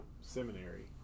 seminary